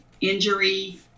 injury